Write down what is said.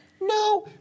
No